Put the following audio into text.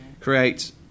create